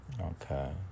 Okay